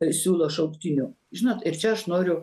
ir siūlo šauktinių žinot ir čia aš noriu